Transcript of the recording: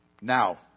Now